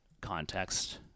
context